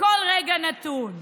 בכל רגע נתון?